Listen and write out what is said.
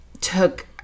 took